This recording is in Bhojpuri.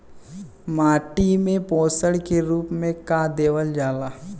माटी में पोषण के रूप में का देवल जाला?